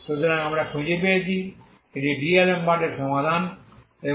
সুতরাং আমরা খুঁজে পেয়েছি এটি ডিআলেমবার্টের সমাধান DAlemberts solution